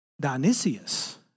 Dionysius